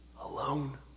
alone